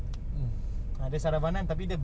dia sarabanan tapi dia